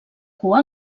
cua